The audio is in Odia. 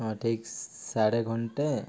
ହଁ ଠିକ୍ ସାଢ଼େ ଘଣ୍ଟେ